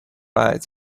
eyes